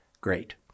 Great